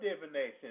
divination